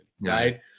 right